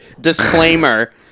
disclaimer